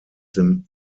dem